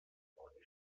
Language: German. worden